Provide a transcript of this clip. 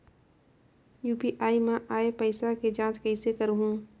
UPI मा आय पइसा के जांच कइसे करहूं?